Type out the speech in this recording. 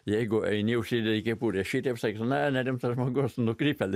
jeigu eini užsidedi kepurę šitaip sakys na nerimtas žmogus nukrypėlis